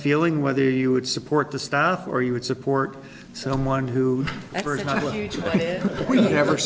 feeling whether you would support the staff or you would support someone who ever